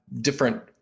different